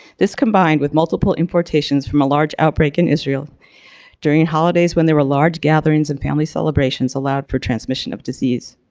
this combined with multiple importations from a large outbreak in israel during holidays when there were large gatherings and family celebrations allowed for transmission of disease.